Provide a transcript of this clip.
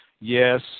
yes